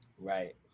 Right